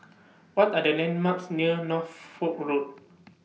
What Are The landmarks near Norfolk Road